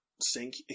sink